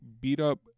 beat-up